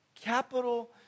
capital